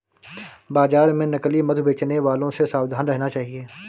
बाजार में नकली मधु बेचने वालों से सावधान रहना चाहिए